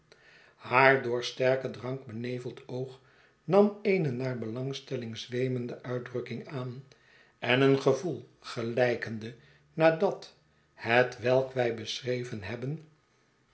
haar door sterken drank beneveld oog nam eene naar belangstelling zweemende uitdrukking aan en een gevoel gelijkende naar dat hetwelk wij beschreven hebben